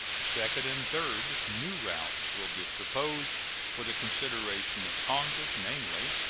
second and third new routes will be proposed for the consideration of congress, namely,